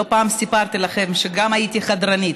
לא פעם סיפרתי לכם שהייתי גם חדרנית,